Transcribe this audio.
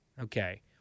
Okay